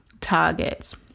targets